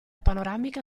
panoramica